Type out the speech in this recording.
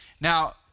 Now